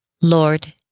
Lord